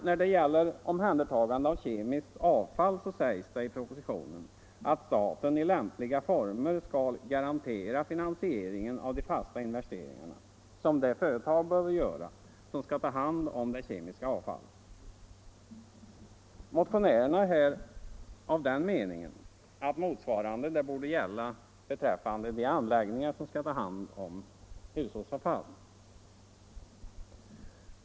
När det gäller omhändertagande av kemiskt avfall sägs det i propositionen att staten i lämpliga former skall garantera finansieringen av de fasta investeringar som det företag behöver göra som skall ta hand om det kemiska avfallet. Motionärerna är av den meningen att motsvarande borde gälla beträffande de anläggningar som skall ta hand om hushållsavfall.